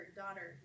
daughter